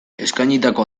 eskainitako